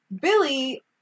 Billy